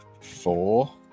Four